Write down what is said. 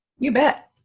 you bet!